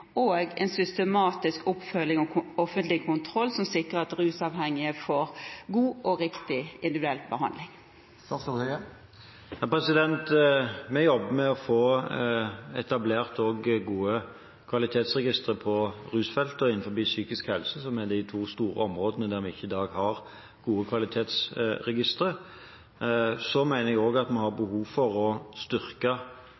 og en systematisk oppfølging og offentlig kontroll som sikrer at rusavhengige får god og riktig individuell behandling? Vi jobber med å få etablert også gode kvalitetsregistre på rusfeltet og innenfor psykisk helse, som er de to store områdene der vi i dag ikke har gode kvalitetsregistre. Så mener jeg også at vi har behov for å styrke